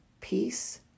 peace